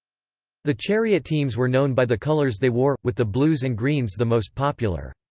the chariot teams were known by the colours they wore, with the blues and greens the most popular.